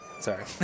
Sorry